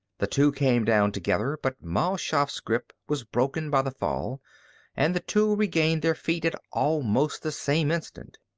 the two came down together, but mal shaff's grip was broken by the fall and the two regained their feet at almost the same instant.